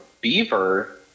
Beaver